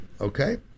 Okay